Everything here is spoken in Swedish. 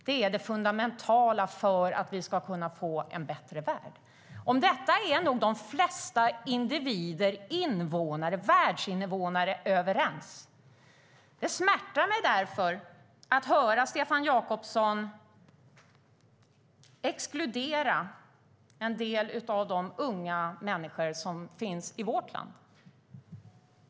Det är det fundamentala för att vi ska kunna få en bättre värld. Om detta är nog de flesta individer och världsinvånare överens. Det smärtar mig därför att höra Stefan Jakobsson exkludera en del av de unga människor som finns i vårt land.